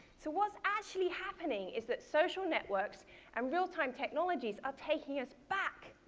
so what's actually happening is that social networks and real-time technologies are taking us back.